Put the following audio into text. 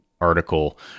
article